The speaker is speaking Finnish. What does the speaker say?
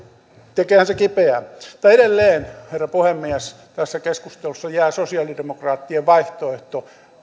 kipeää mutta edelleen herra puhemies tässä keskustelussa jää sosialidemokraattien vaihtoehto